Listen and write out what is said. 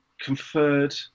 conferred